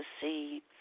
see